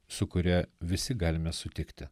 su kuria visi galime sutikti